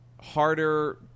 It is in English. harder